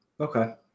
okay